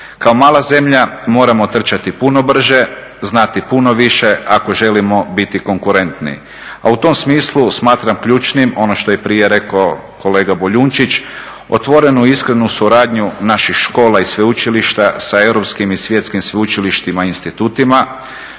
Kao mala zemlja moramo trčati puno brže, znati puno više ako želimo biti konkurentni. A u tom smislu smatram ključnim ono što je i prije rekao kolega Boljunčić, otvorenu, iskrenu suradnju naših škola i sveučilišta sa europskim i svjetskim sveučilištima i institutima,